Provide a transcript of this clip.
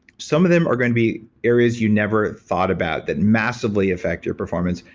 some of them are going to be areas you never thought about that massively affect your performance.